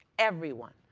everyone,